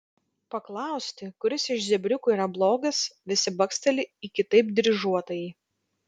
paklausti kuris iš zebriukų yra blogas visi baksteli į kitaip dryžuotąjį